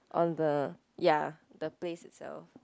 on the ya the place itself